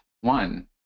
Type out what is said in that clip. one